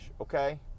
okay